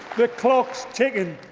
the clock's ticking.